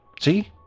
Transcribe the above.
See